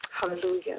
Hallelujah